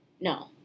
no